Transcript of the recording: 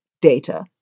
Data